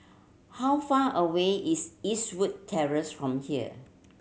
how far away is Eastwood Terrace from here